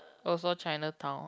also Chinatown